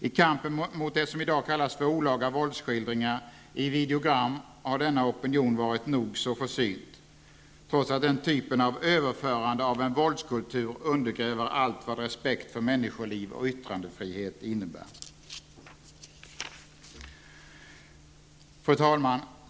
I kampen mot det som i dag kallas för olaga våldsskildringar i videogram har denna opinon varit nog så försynt -- trots att den typen av överförande av en våldskultur undergräver allt vad respekt för människoliv och yttrandefrihet innebär. Fru talman!